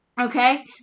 okay